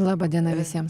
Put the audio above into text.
laba diena visiems